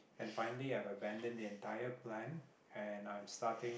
and finally I've abandoned the entire plan and I'm starting